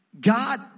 God